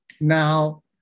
now